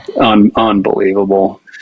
unbelievable